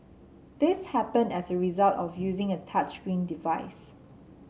this happened as a result of using a touchscreen device